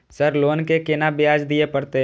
Sir loan के केना ब्याज दीये परतें?